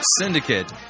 Syndicate